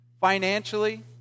Financially